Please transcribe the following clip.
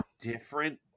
different